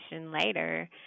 later